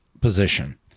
position